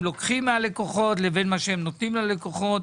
לוקחים מהלקוחות לבין מה שהם נותנים ללקוחות.